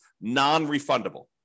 non-refundable